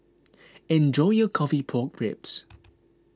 enjoy your Coffee Pork Ribs